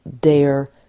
dare